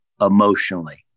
emotionally